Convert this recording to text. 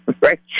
Right